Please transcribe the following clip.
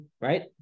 right